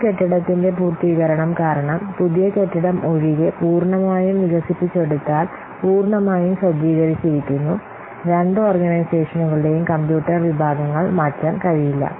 പുതിയ കെട്ടിടത്തിന്റെ പൂർത്തീകരണം കാരണം പുതിയ കെട്ടിടം ഒഴികെ പൂർണ്ണമായും വികസിപ്പിച്ചെടുത്താൽ പൂർണ്ണമായും സജ്ജീകരിച്ചിരിക്കുന്നു രണ്ട് ഓർഗനൈസേഷനുകളുടെയും കമ്പ്യൂട്ടർ വിഭാഗങ്ങൾ മാറ്റാൻ കഴിയില്ല